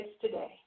today